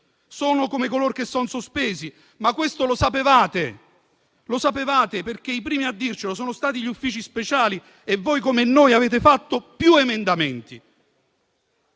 Sono come color che son sospesi, questo lo sapevate. Lo sapevate, perché i primi a dircelo sono stati gli uffici speciali. E voi, come noi, avete presentato più emendamenti,